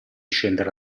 scendere